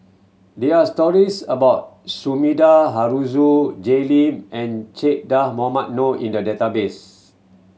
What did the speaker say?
there are stories about Sumida Haruzo Jay Lim and Che Dah Mohamed Noor in the database